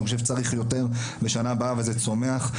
אני חושב שצריך יותר בשנה הבאה וזה צומח,